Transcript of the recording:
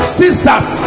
sisters